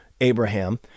Abraham